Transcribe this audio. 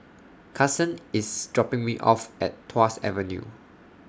Kason IS dropping Me off At Tuas Avenue